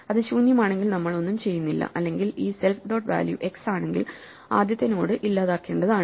അത് ശൂന്യമാണെങ്കിൽ നമ്മൾ ഒന്നും ചെയ്യുന്നില്ല അല്ലെങ്കിൽ ഈ സെൽഫ് ഡോട്ട് വാല്യൂ x ആണെങ്കിൽ ആദ്യത്തെ നോഡ് ഇല്ലാതാക്കേണ്ടതാണ്